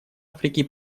африки